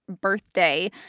birthday